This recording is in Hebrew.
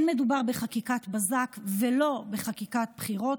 לא מדובר בחקיקת בזק ולא בחקיקת בחירות.